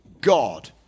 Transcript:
God